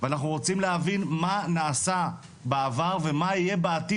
ואנחנו רוצים להבין מה נעשה בעבר ומה יהיה בעתיד.